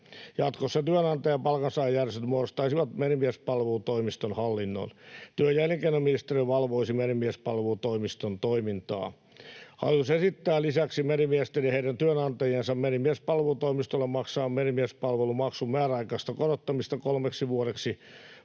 Jatkossa työnantaja- ja palkansaajajärjestöt muodostaisivat Merimiespalvelutoimiston hallinnon. Työ- ja elinkeinoministeriö valvoisi Merimiespalvelutoimiston toimintaa. Hallitus esittää lisäksi merimiesten ja heidän työnantajiensa Merimiespalvelutoimistolle maksaman merimiespalvelumaksun määräaikaista korottamista kolmeksi vuodeksi